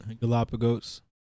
Galapagos